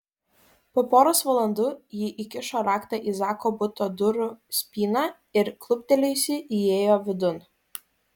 po poros valandų ji įkišo raktą į zako buto durų spyną ir kluptelėjusi įėjo vidun